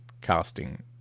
casting